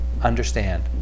understand